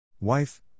Wife